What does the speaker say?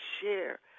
share